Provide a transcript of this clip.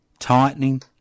tightening